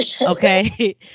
Okay